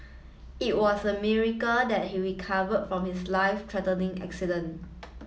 it was a miracle that he recovered from his life threatening accident